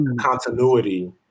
continuity